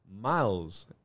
miles